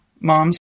moms